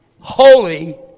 holy